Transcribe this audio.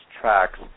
tracks